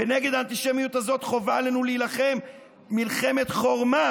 ובאנטישמיות הזאת חובה עלינו להילחם מלחמת חורמה,